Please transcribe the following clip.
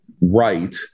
right